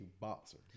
boxer